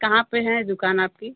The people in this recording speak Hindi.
कहाँ पर हैं दुकान आपकी